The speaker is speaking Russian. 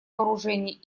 вооружений